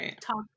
talk